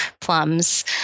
plums